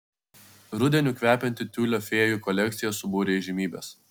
rudeniu kvepianti tiulio fėjų kolekcija subūrė įžymybes